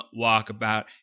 Walkabout